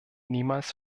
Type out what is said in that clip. niemals